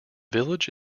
village